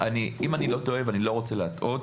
אם אני לא טועה ואני לא רוצה להטעות,